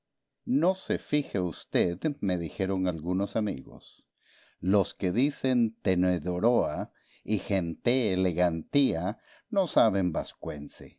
no se fije usted me dijeron algunos amigos los que dicen tenedoróa y genté elegantía no saben